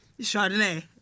Chardonnay